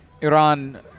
Iran